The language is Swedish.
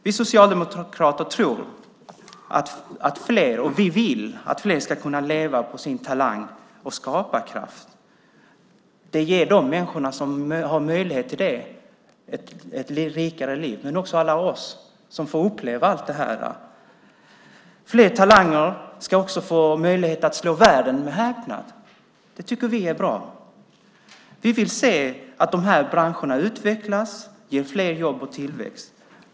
Vi socialdemokrater tror och vill att fler ska kunna leva på sin talang och skaparkraft. Det ger de människor som har möjlighet till det ett rikare liv men också alla oss som får uppleva allt det. Fler talanger ska få möjlighet att slå världen med häpnad. Det tycker vi är bra. Vi vill se att de här branscherna utvecklas, ger fler jobb och tillväxt.